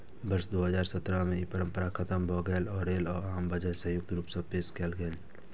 वर्ष दू हजार सत्रह मे ई परंपरा खतम भए गेलै आ रेल व आम बजट संयुक्त रूप सं पेश कैल गेलै